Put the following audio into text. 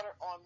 on